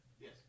Yes